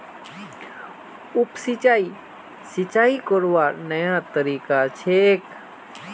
उप सिंचाई, सिंचाई करवार नया तरीका छेक